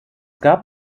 gab